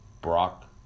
Brock